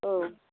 औ